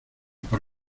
por